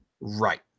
Right